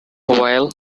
while